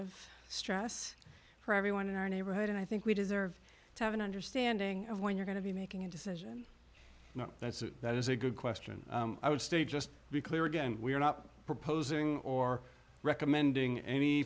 of stress for everyone in our neighborhood and i think we deserve to have an understanding of when you're going to be making a decision that's it that is a good question i would stay just be clear again we're not proposing or recommending any